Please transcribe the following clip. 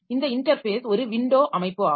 இந்த இன்டர்ஃபேஸ் ஒரு விண்டோ அமைப்பு ஆகும்